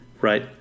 right